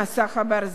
הוא נעצר